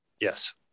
Yes